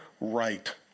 right